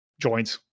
joints